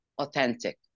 authentic